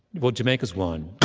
well, jamaica's one,